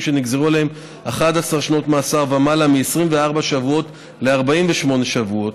שנגזרו עליהם 11 שנות מאסר ומעלה מ-24 שבועות ל-48 שבועות.